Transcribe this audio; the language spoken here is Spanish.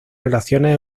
relaciones